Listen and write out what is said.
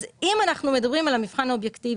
אם אנחנו מדברים על המבחן האובייקטיבי,